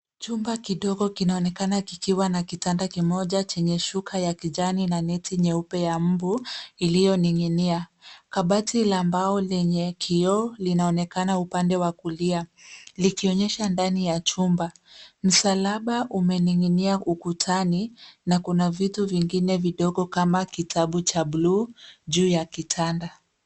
Chumba kidogo kinaonekana kikiwa na kitanda kimoja chenye shuka ya kijani na net nyeupe ya mmbu; iliyoning'inia. Kabati la mbao lenye kioo, linaonekana upande wa kulia likionyesha ndani ya chumba. Msalaba umening'inia ukutani na kuna vitu vingine vidogo kama kitabu cha bluu juu ya kitanda.